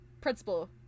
principal